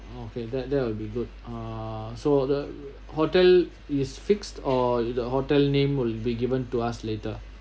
okay that that will be good uh so the hotel is fixed or the hotel name will be given to us later